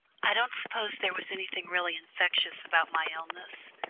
i don't suppose there was anything really infectious about my illness,